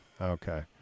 okay